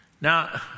now